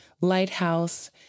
lighthouse